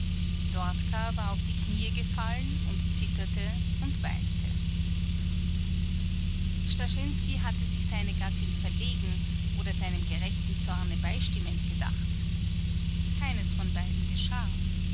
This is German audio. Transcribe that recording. dortka war auf die kniee gefallen und zitterte und weinte starschensky hatte sich seine gattin verlegen oder seinem gerechten zorne beistimmend gedacht keines von beiden geschah